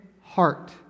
heart